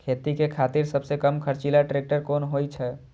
खेती के खातिर सबसे कम खर्चीला ट्रेक्टर कोन होई छै?